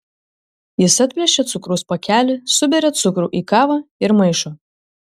jis atplėšia cukraus pakelį suberia cukrų į kavą ir maišo